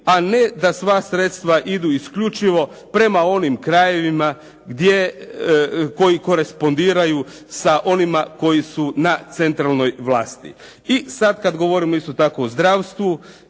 a ne da sva sredstva idu isključivo prema onim krajevima koji korespondiraju sa onima koji su na centralnoj vlasti. I sad kad govorimo isto tako o zdravstvu,